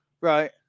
Right